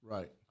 Right